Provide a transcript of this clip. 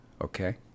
Okay